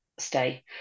Stay